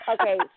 Okay